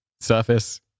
surface